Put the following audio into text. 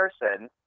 person